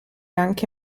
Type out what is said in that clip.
anche